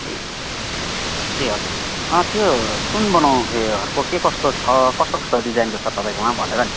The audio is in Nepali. ए ए हजुर त्यो सुन बनाउ ए हरूको के कस्तो छ कस्तो कस्तो डिजाइनको छ तपाईँकोमा भनेर नि